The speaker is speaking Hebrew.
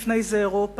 לפני זה אירופה,